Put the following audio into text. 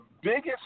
biggest